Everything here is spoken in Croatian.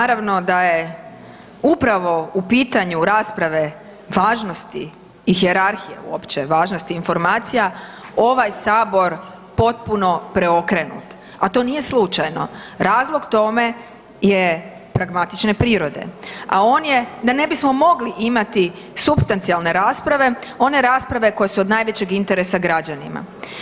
Naravno da je upravo u pitanju rasprave važnosti i hijerarhije uopće, važnost informacija, ovaj Sabor potpuno preokrenut a to nije slučajno, razlog tome je pragmatične prirode a on je da ne bismo mogli imati supstancijalne rasprave, one rasprave koje su od najvećeg interesa građanima.